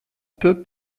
peut